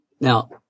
Now